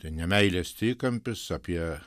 tai nemeilės trikampis apie